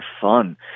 fun